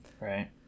right